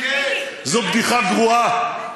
זו בדיחה גרועה.